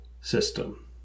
system